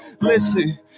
Listen